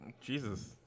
Jesus